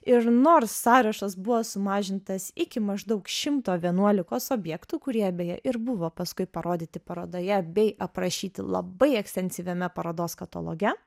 ir nors sąrašas buvo sumažintas iki maždaug šimto vienuolikos objektų kurie beje ir buvo paskui parodyti parodoje bei aprašyti labai ekstensyviame parodos kataloge